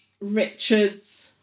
Richard's